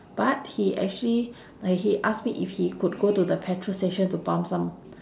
but he actually like he ask me if he could go to the petrol station to pump some